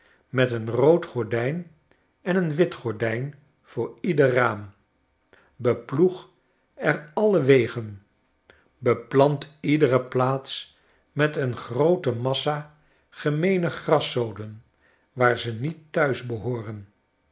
met een rood gordyn en een wit gordtfn voor iedor raam beploeg er alle wegen beplant iedere plaats met een groote massa gemeene graszoden waar ze niet thuis behooren